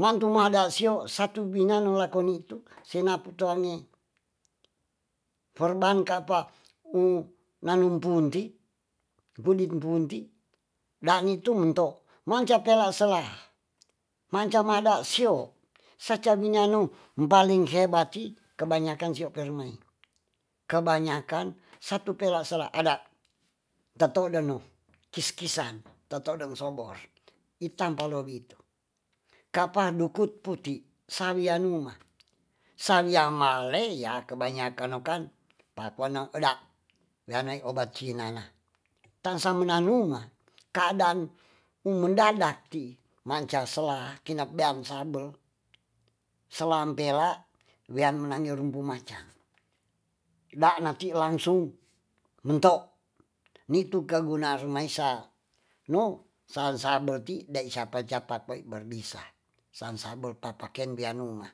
mang tumada sio satu bina nu lako nitu senapu to ange ferban kapa u nanum punti budim punti dangi tu munto manca kela sela, manca mada sio saca binya nu mpaling hebat ti kebanyakan sio perumae. kebanyakan satu pela sela adat dato dano kiskisan tatodeng sobor itam polobi itu kapa dukut puti sa wia numa sa wia male ya kebanyakan okan papuana eda wia nai obat cina na tansa menganu ma kadang umendadak ti manca sela kinak beam sabel selam pela wean menangi o rumpu maca dana ti langsung nento nitu kaguna rumaisa nu san sabel ti dai sapa capat bai berbisa. sansabel papaken bianunga